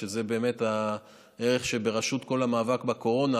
שזה באמת הערך שבראש כל המאבק בקורונה,